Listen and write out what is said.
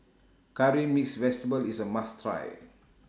Curry Mixed Vegetable IS A must Try